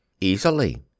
Easily